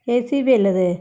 K S E B അല്ലേ ഇത്